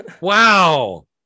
wow